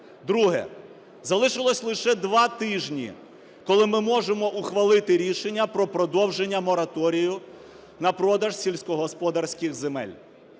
Друге. Залишилось лише два тижні, коли ми можемо ухвалити рішення про продовження мораторію на продаж сільськогосподарських земель.